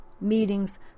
Meetings